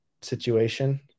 situation